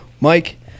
Mike